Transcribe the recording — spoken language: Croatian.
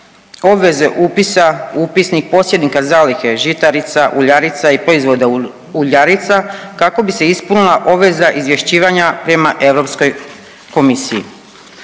obveze upisa u Upisnik posjednika zalihe žitarica, uljarica i proizvoda uljarica kako bi se ispunila obveza izvješćivanja prema Europskoj komisiji.